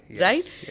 right